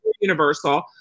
Universal